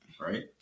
Right